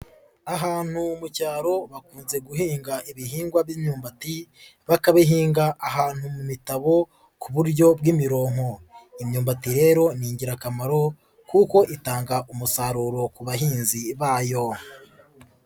Ahantu mu cyaro bakunze guhinga ibihingwa by'imyumbati, bakabihinga ahantu mu mitabo ku buryo bw'imironko, imyumbati rero ni ingirakamaro kuko itanga umusaruro ku bahinzi bayo.